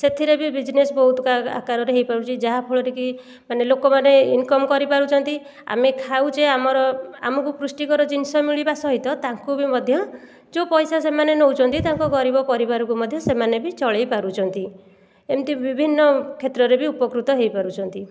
ସେଥିରେ ବି ବିଜନେସ୍ ବହୁତ ଆକାରରେ ହେଇପାରୁଛି ଯାହା ଫଳରେ କି ମାନେ ଲୋକମାନେ ଇନ୍କମ୍ କରି ପାରୁଛନ୍ତି ଆମେ ଖାଉଛେ ଆମର ଆମକୁ ପୃଷ୍ଟିକର ଜିନିଷ ମିଳିବା ସହିତ ତାଙ୍କୁ ବି ମଧ୍ୟ ଯୋଉ ପଇସା ସେମାନେ ନେଉଛନ୍ତି ତାଙ୍କ ଗରିବ ପରିବାରକୁ ମଧ୍ୟ ସେମାନେ ବି ଚଳେଇ ପାରୁଛନ୍ତି ଏମିତି ବିଭିନ୍ନ କ୍ଷେତ୍ରରେ ବି ଉପକୃତ ହେଇପାରୁଛନ୍ତି